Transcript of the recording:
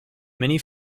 many